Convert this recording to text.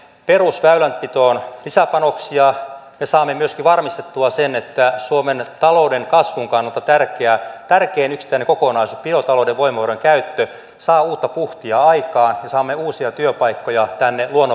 perusväylänpitoon lisäpanoksia me saamme myöskin varmistettua sen että suomen talouden kasvun kannalta tärkein yksittäinen kokonaisuus biotalouden voimavarojen käyttö saa uutta puhtia aikaan ja saamme uusia työpaikkoja tänne luonnonvarojen hyödyntämisen